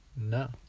No